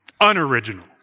unoriginal